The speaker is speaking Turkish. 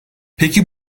peki